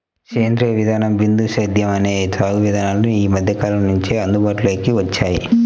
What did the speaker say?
సేంద్రీయ విధానం, బిందు సేద్యం అనే సాగు విధానాలు ఈ మధ్యకాలం నుంచే అందుబాటులోకి వచ్చాయి